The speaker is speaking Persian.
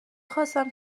خواستم